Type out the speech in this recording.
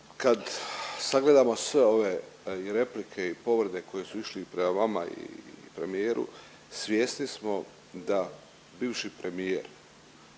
Kad sagledamo sve ove i replike i povrede koje su išli prema vama i premijeru svjesni smo da bivši premijer